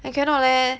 I cannot leh